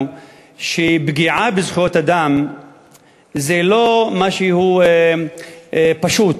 שפגיעה בזכויות אדם היא לא משהו פשוט,